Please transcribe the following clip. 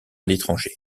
l’étranger